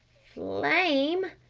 flame?